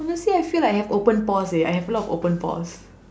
honestly I feel like I have open pores leh I have a lot of open pores